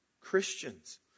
christians